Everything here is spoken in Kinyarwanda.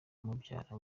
umubyara